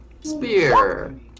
spear